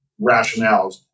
rationales